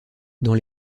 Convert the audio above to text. dans